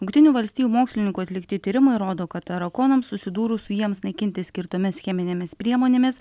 jungtinių valstijų mokslininkų atlikti tyrimai rodo kad tarakonams susidūrus su jiems naikinti skirtomis cheminėmis priemonėmis